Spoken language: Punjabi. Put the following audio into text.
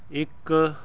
ਇੱਕ